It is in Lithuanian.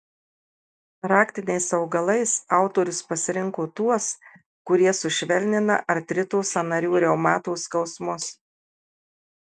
raktiniais augalais autorius pasirinko tuos kurie sušvelnina artrito sąnarių reumato skausmus